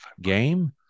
game